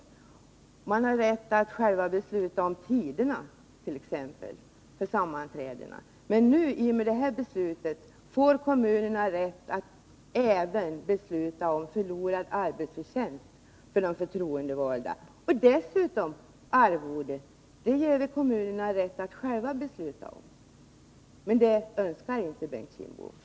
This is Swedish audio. De har även rätt att själva besluta om tiderna för sammanträdena. I och med detta beslut får kommunerna rätt att även besluta om förlorad arbetsförtjänst för de förtroendevalda samt dessutom bestämma arvodet. Men det önskar inte Bengt Kindbom.